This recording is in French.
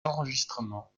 enregistrements